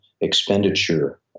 expenditure